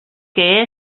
que